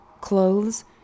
clothes